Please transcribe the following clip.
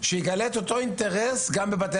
כך הוא צריך לגלות את אותו אינטרס גם בבתי